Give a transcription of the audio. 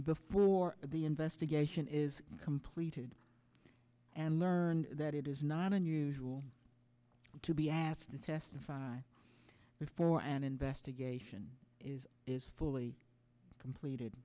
before the investigation is completed and learned that it is not unusual to be asked to testify before an investigation is is fully completed